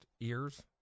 ears